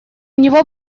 него